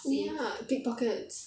oh ya pickpockets